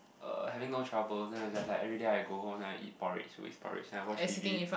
uh having no trouble then it's just like everyday I go home then I eat porridge it's always porridge then I watch T_V